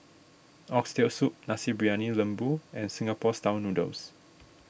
Oxtail Soup Nasi Briyani Lembu and Singapore Style Noodles